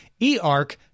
eARC